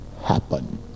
happen